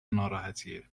ناراحتیه